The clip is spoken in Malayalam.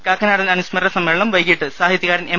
കാക്കനാടൻ അനുസ്മരണ സമ്മേളനം വൈകിട്ട് സാഹിത്യകാരൻ എം